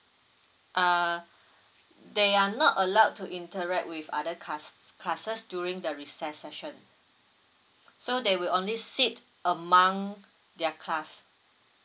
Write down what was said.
uh they are not allowed to interact with other class~ classes during the recess session so they will only sit among their class